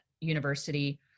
university